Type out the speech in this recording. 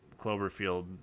Cloverfield